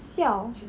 siao